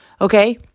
Okay